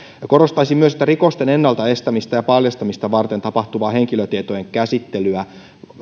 korostaisin myös että rikosten ennalta estämistä ja paljastamista varten tapahtuvaa henkilötietojen käsittelyä